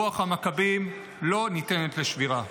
רוח המכבים לא ניתנת לשבירה.